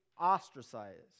ostracized